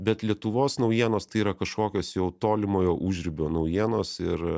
bet lietuvos naujienos tai yra kažkokios jau tolimojo užribio naujienos ir